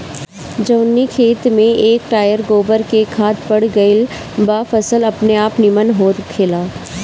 जवनी खेत में एक टायर गोबर के खाद पड़ गईल बा फसल अपनेआप निमन होखेला